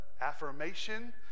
affirmation